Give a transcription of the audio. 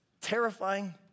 terrifying